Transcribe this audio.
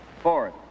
Fourth